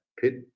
pit